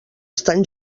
estan